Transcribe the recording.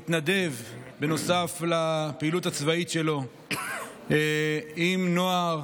שבנוסף לפעילות הצבאית שלו התנדב עם נוער